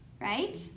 right